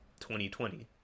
2020